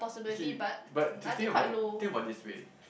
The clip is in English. he but to think about it think about this way